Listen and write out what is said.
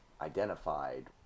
identified